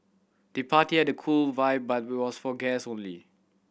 the party had a cool vibe but was for guest only